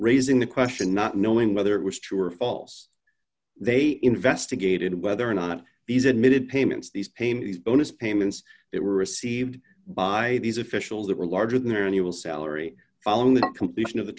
raising the question not knowing whether it was true or false they investigated whether or not these admitted payments these payments bonus payments that were received by these officials that were larger than any will salary following the completion of the